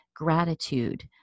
gratitude